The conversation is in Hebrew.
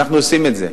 אנחנו עושים את זה.